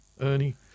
Ernie